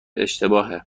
اشتباهه